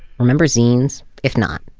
remember zines? if not,